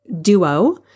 duo